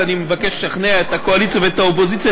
ואני מבקש לשכנע את הקואליציה ואת האופוזיציה